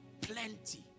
plenty